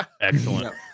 excellent